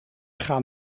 gaan